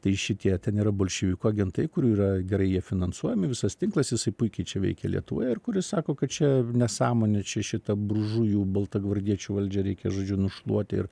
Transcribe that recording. tai šitie ten yra bolševikų agentai kurių yra gerai jie finansuojami visas tinklas jisai puikiai čia veikia lietuvoje ir kuris sako kad čia nesąmonė čia šitą buržujų baltagvardiečių valdžią reikia žodžiu nušluoti ir